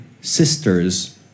sister's